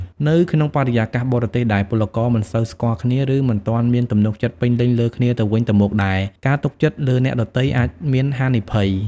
នៅក្នុងបរិយាកាសបរទេសដែលពលករមិនសូវស្គាល់គ្នា ឬមិនទាន់មានទំនុកចិត្តពេញលេញលើគ្នាទៅវិញទៅមកដែរ ការទុកចិត្តលើអ្នកដទៃអាចមាន ហានិភ័យ ។